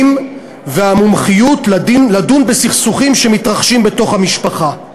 והמומחיות לדון בסכסוכים שמתרחשים בתוך המשפחה.